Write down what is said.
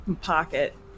pocket